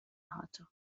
هاتو